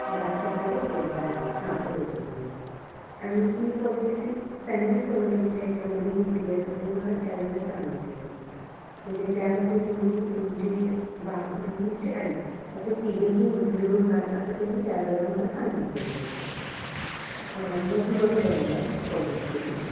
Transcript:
बारा सप्टेबर दोन हजार वीस हां बरोबर बरोबर आणि ही पॉलिसी फॅमिली कवरेजच्या ह्याच्यामध्ये घेतली असं त्यानी मला त्यावेळेला सांगितलेलं म्हणजे त्यामध्ये तुम्ही तुमचे बाबा आणि तुमची आई असे तिघेही इन्क्ल्यूड व्हाल असं त्यानी त्यावेळेला मला सांगितलेलं होतं मग ही बरोबर आहे ना तीच पॉलिसी आहे ना